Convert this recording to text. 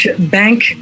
bank